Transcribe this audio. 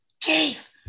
Keith